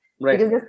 Right